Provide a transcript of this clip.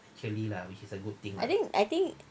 I think I think